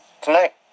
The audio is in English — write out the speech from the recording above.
Tonight